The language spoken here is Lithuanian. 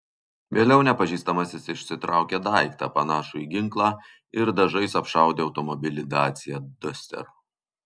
vėliau nepažįstamasis išsitraukė daiktą panašų į ginklą ir dažais apšaudė automobilį dacia duster